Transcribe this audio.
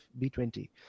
B20